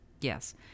Yes